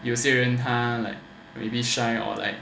有些人他 like maybe shy or like